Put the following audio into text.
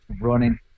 running